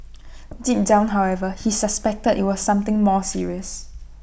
deep down however he suspected IT was something more serious